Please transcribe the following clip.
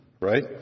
right